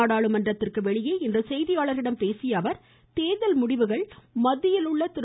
நாடாளுமன்றத்திற்கு வெளியே இன்று செய்தியாளர்களிடம் பேசிய அவர் தேர்தல் முடிவுகள் மத்தியில் உள்ள திரு